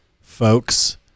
folks